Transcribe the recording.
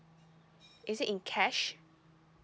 is it in cash